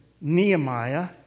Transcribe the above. Nehemiah